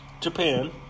Japan